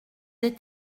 des